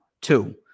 two